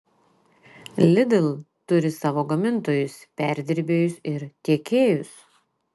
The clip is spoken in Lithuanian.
lidl turi savo gamintojus perdirbėjus ir tiekėjus